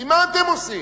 כי מה אתם עושים?